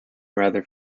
rather